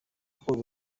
akora